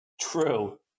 True